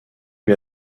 lui